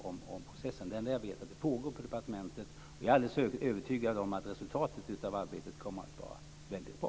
Det enda jag vet är att den pågår på departementet, och jag är alldeles övertygad om att resultatet av arbetet kommer att bli väldigt bra.